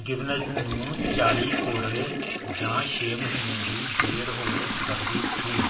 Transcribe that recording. Gibbons ਨੂੰ ਚਾਲੀ ਕੋਰੜੇ ਜਾਂ ਛੇ ਮਹੀਨੇ ਦੀ ਜੇਲ੍ਹ ਹੋ ਸਕਦੀ ਸੀ